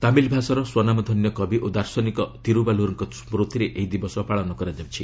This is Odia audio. ତାମିଲ୍ ଭାଷାର ସ୍ୱନାମଧନ୍ୟ କବି ଓ ଦାର୍ଶନିକ୍ ଥିରୁବାଲୁବାର୍କ ସ୍କୃତିରେ ଏହି ଦିବସ ପାଳନ କରାଯାଉଛି